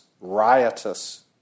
riotous